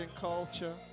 culture